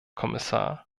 kommissar